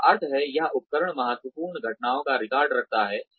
जिसका अर्थ है यह उपकरण महत्वपूर्ण घटनाओं का रिकॉर्ड रखता है